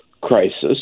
crisis